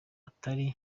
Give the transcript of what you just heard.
utari